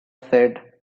said